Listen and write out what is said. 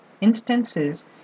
instances